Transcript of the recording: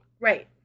right